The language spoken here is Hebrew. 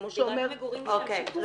כמו שאומר --- ובדירת מגורים --- רגע,